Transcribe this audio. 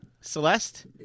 Celeste